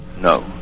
no